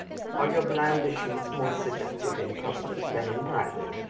are your blandishments more seductive in public than in private,